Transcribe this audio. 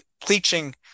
pleaching